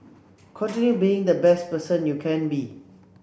continue being the best person you can be